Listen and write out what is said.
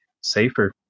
safer